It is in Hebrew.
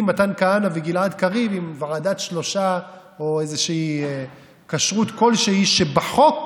מתן כהנא וגלעד קריב עם ועדת שלושה או איזושהי כשרות כלשהי שבחוק